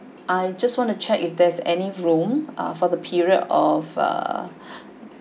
I just wanna check if there's any room uh for the period of uh